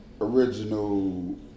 original